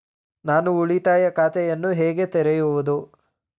ನಾನು ಉಳಿತಾಯ ಖಾತೆಯನ್ನು ಹೇಗೆ ತೆರೆಯುವುದು?